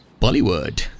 Bollywood